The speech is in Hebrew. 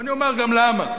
ואני אומר גם למה,